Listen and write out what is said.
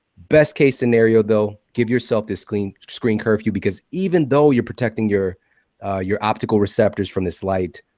best case scenario, though, give yourself this screen screen curfew. because even though you're protecting your your optical receptors from this light,